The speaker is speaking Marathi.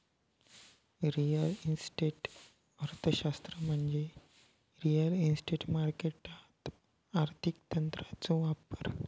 रिअल इस्टेट अर्थशास्त्र म्हणजे रिअल इस्टेट मार्केटात आर्थिक तंत्रांचो वापर